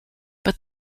but